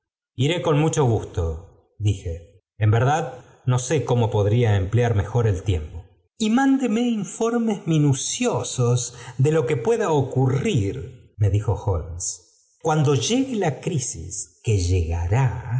con mucho gusto dije en verdad no sé cómo podría emplear mejor el tiempo y mándeme informes minuciosos de lo que pueda ocurrir me dijo holmes cuando llegue la crisis que llegará